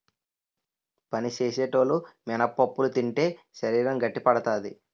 పని సేసేటోలు మినపప్పులు తింటే శరీరం గట్టిపడతాది